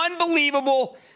unbelievable